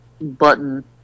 Button